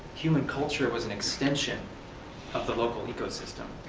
human culture was an extension of the local ecosystem,